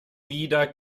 wieder